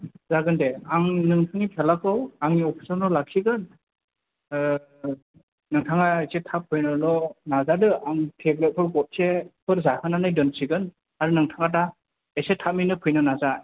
जागोन दे आं नोंथांनि फिसालाखौ आंनि अफिसावनो लाखिगोन नोंथाङा इसे थाब फैनोल' नाजादो आं थेब्लेटखौ गदसेफोर जाहोनानै दोनसिगोन आरो नोंथाङा दा इसे थाबैनो फैनो नाजा